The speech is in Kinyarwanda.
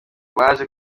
baje